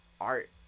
art